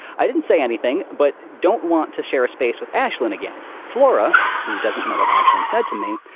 i didn't say anything, but don't want to share a space with ashlyn again. flora, who doesn't know what ashlyn said to me,